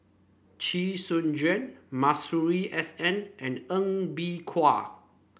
Chee Soon Juan Masuri S N and Ng Bee Kia